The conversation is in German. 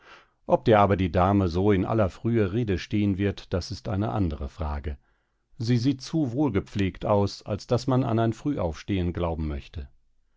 ob dir aber die dame so in aller frühe rede stehen wird das ist eine andere frage sie sieht zu wohlgepflegt aus als daß man an ein frühaufstehen glauben möchte